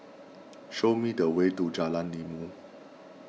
show me the way to Jalan Ilmu